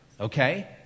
Okay